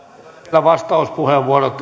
vielä vastauspuheenvuorot